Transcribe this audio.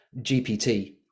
GPT